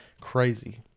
crazy